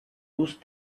use